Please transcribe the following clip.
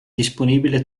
disponibile